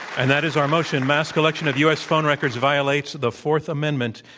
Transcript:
and that is our motion, mass collection of u. s. phone records violates the fourth amendment.